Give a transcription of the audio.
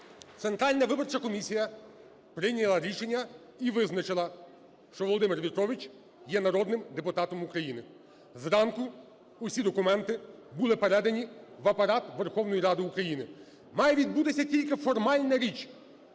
Центральна виборча комісія прийняла рішення і визначила, що Володимир В'ятрович є народним депутатом України. Зранку усі документи були передані в Апарат Верховної Ради України. Має відбутися тільки формальна річ: